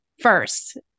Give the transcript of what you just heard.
first